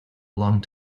long